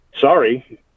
sorry